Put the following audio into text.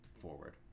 forward